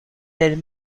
d’elles